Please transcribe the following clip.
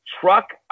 truck